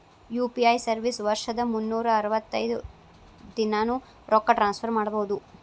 UPI service ವರ್ಷದ್ ಮುನ್ನೂರ್ ಅರವತ್ತೈದ ದಿನಾನೂ ರೊಕ್ಕ ಟ್ರಾನ್ಸ್ಫರ್ ಮಾಡ್ಬಹುದು